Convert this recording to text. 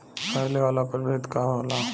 फैले वाला प्रभेद का होला?